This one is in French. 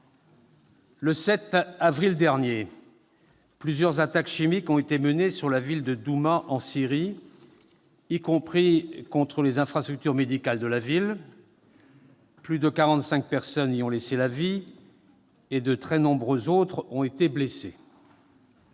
Le 7 avril dernier, plusieurs attaques chimiques ont été menées sur la ville de Douma, en Syrie, y compris contre les infrastructures médicales de la ville. Plus de quarante-cinq personnes y ont laissé la vie et de très nombreuses autres ont été blessées.